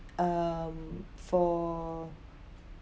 um for